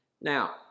Now